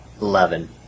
eleven